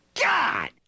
God